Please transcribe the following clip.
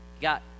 got